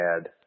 add